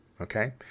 okay